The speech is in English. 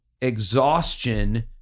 exhaustion